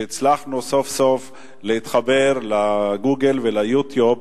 והצלחנו סוף-סוף להתחבר ל"גוגל" ול-YouTube,